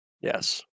Yes